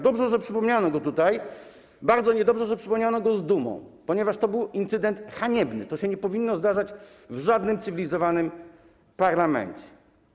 Dobrze, że przypomniano go tutaj, bardzo niedobrze, że przypomniano go z dumą, ponieważ to był incydent haniebny, to się nie powinno zdarzać w żadnym cywilizowanym parlamencie.